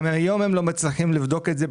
גם היום הם לא מצליחים לבדוק את זה,